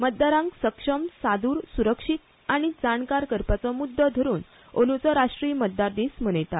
मतदारांक सक्षम सादूर सुरक्षीत आनी जाणकार करपाचो मूद्दो धरून अंदूचो राष्ट्रीय मतदार दीस मनयतात